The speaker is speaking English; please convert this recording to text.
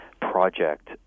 project